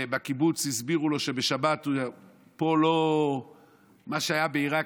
ובקיבוץ הסבירו לו שבשבת מה שהיה בעיראק,